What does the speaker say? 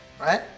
Right